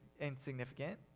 insignificant